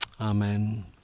Amen